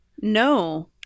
No